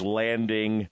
landing